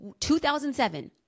2007